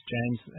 James